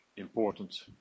important